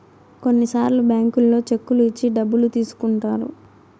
కొన్నిసార్లు బ్యాంకుల్లో చెక్కులు ఇచ్చి డబ్బులు తీసుకుంటారు